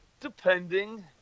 depending